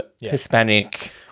Hispanic